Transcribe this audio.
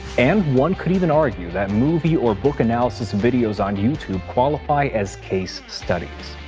and one could even argue that movie or book analysis videos on youtube qualify as case studies.